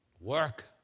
work